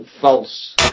False